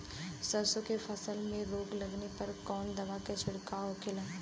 सरसों की फसल में रोग लगने पर कौन दवा के छिड़काव होखेला?